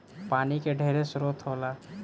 पानी के ढेरे स्रोत होला